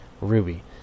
Ruby